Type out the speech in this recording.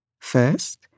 First